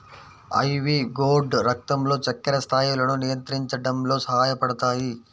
ivy gourd రక్తంలో చక్కెర స్థాయిలను నియంత్రించడంలో సహాయపడతాయి